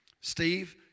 Steve